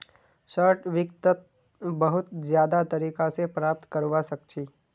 short वित्तक बहुत ज्यादा तरीका स प्राप्त करवा सख छी